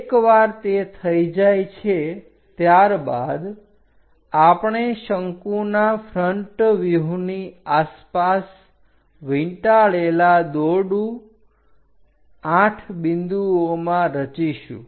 એકવાર તે થઈ જાય છે ત્યારબાદ આપણે શંકુના ફ્રન્ટ વ્યુહ ની આસપાસ વીંટાળેલા દોરડું આઠવ બિંદુઓ રચીશું